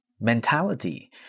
mentality